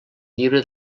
llibre